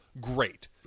great